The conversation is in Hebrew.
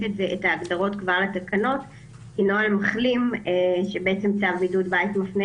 את ההגדרות בתקנות כי נוהל מחלים שצו בידוד בית מפנה